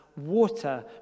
water